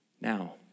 Now